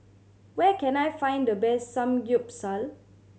where can I find the best Samgyeopsal